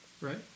right